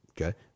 Okay